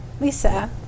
Lisa